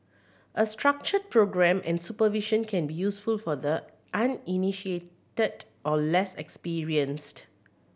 a structured programme and supervision can be useful for the uninitiated or less experienced